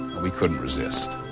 we couldn't resist.